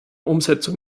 umsetzung